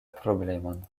problemon